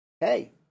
hey